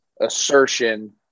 assertion